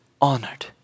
honored